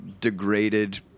degraded